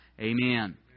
Amen